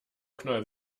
knoll